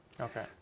Okay